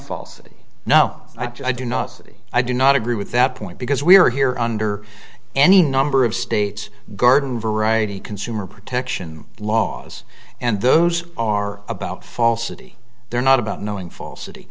falsity no i do not see i do not agree with that point because we are here under any number of states garden variety consumer protection laws and those are about falsity they're not about knowing fal